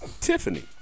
tiffany